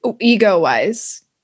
Ego-wise